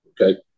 Okay